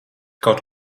kaut